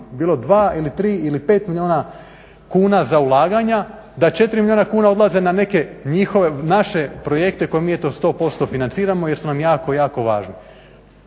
bilo 2 ili 3 ili 5 milijuna kuna za ulaganja, da 4 milijuna kuna odlaze na neke naše projekte koje mi eto 100% financiramo jer su nam jako, jako važni,